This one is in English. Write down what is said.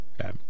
Okay